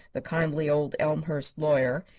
the kindly old elmhurst lawyer,